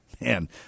Man